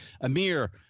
Amir